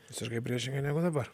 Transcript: visiškai priešingai negu dabar